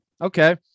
okay